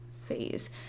phase